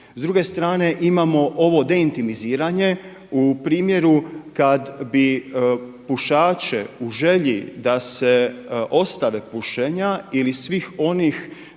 S druge strane, imamo ovo deintimiziranje u primjeru kada bi pušaće u želji da se ostave pušenja ili svih onih